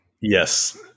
Yes